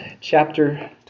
chapter